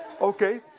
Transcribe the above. Okay